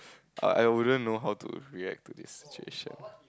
I I wouldn't know how to react to this situation